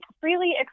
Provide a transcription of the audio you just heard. freely